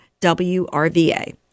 WRVA